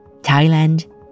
Thailand